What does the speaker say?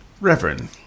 Reverend